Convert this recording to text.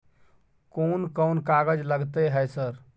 कोन कौन कागज लगतै है सर?